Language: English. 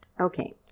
Okay